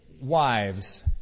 wives